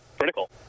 critical